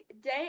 day